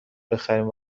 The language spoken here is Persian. بخریم